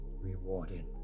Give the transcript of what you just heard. rewarding